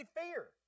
fear